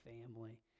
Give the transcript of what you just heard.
family